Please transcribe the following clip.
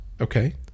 Okay